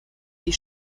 die